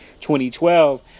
2012